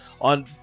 on